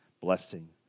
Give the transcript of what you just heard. blessing